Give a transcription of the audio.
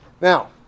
Now